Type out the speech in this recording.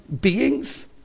beings